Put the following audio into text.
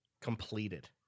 completed